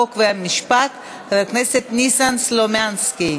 חוק ומשפט חבר הכנסת ניסן סלומינסקי.